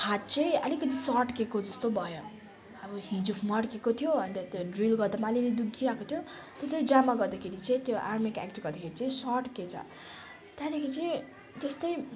हात चाहिँ अलिकति सड्केको जस्तो भयो अब हिजो मर्केको थियो अन्त त्यो ड्रिल गर्दा पनि अलिअलि दुखिरहेको थियो त्यो चाहिँ ड्रामा गर्दाखेरि चाहिँ त्यो आर्मीको एक्ट गर्दाखेरि चाहिँ सड्केछ त्यहाँदेखि चाहिँ त्यस्तै